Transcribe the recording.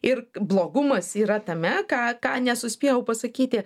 ir blogumas yra tame ką ką nesuspėjau pasakyti